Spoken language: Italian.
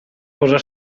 cosa